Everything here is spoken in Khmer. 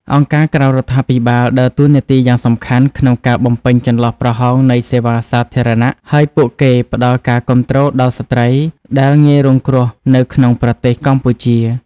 អង្គការក្រៅរដ្ឋាភិបាលដើរតួនាទីយ៉ាងសំខាន់ក្នុងការបំពេញចន្លោះប្រហោងនៃសេវាសាធារណៈ ហើយពួកគេផ្តល់ការគាំទ្រដល់ស្ត្រីដែលងាយរងគ្រោះនៅក្នុងប្រទេសកម្ពុជា។